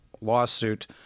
lawsuit